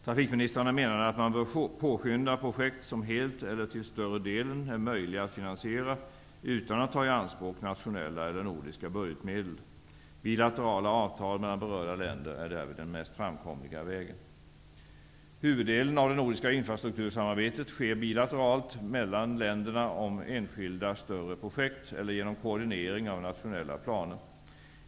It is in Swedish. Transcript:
Trafikministrarna menade att man bör påskynda projekt som helt eller till större delen är möjliga att finansiera utan att ta i anspråk nationella eller nordiska budgetmedel. Bilaterala avtal mellan berörda länder är därvid den mest framkomliga vägen. Huvuddelen av det nordiska infrastruktursamarbetet sker bilateralt mellan länderna om enskilda större projekt eller genom koordinering av nationella planer.